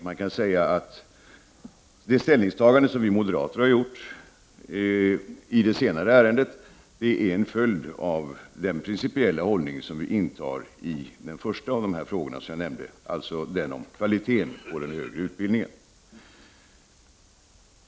Man kan säga att det ställningstagande som vi moderater har gjort i det senare ärendet är en följd av den principiella hållning som vi intar i den första av de frågor som jag nämnde, dvs. kvaliteten på den högre utbildningen.